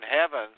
heaven